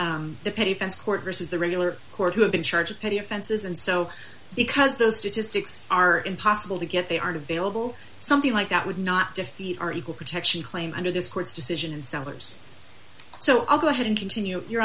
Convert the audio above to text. payphones court versus the regular court who have been charged petty offenses and so because those statistics are impossible to get they aren't available something like that would not defeat our equal protection claim under this court's decision and sours so i'll go ahead and continue your